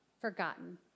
forgotten